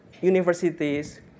universities